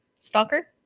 Stalker